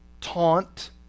taunt